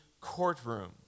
courtroom